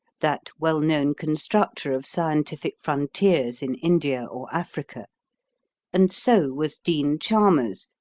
that well-known constructor of scientific frontiers in india or africa and so was dean chalmers,